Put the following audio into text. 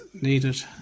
needed